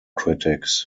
critics